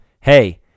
Hey